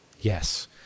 Yes